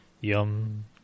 Yum